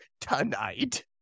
tonight